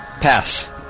Pass